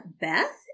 Beth